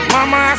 Mama